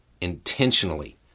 intentionally